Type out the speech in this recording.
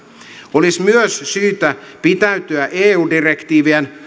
olisi myös syytä pitäytyä eu direktiivien